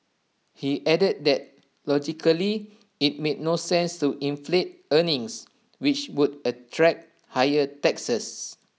he added that logically IT made no sense to inflate earnings which would attract higher taxes